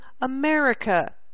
America